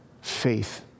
faith